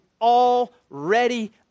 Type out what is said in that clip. already